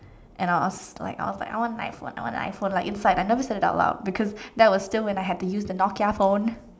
and I was like I was like I want an iPhone I want an iPhone like inside I never said it out loud because that was still had to use the Nokia phone